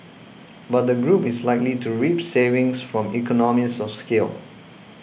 but the group is likely to reap savings from economies of scale